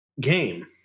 game